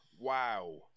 wow